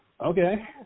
okay